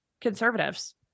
conservatives